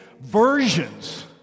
versions